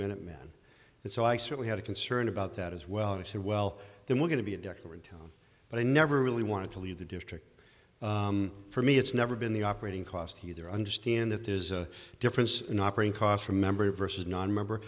minutemen and so i certainly had a concern about that as well and said well then we're going to be a doctor in town but i never really wanted to leave the district for me it's never been the operating cost either understand that there is a difference in operating costs remember versus nonmember